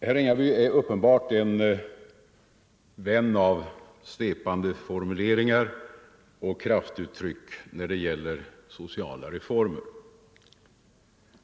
Herr Ringaby är uppenbarligen en vän av svepande formuleringar och kraftuttryck när det gäller sociala reformer.